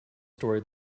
story